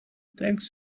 thanks